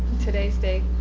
today's date